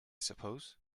suppose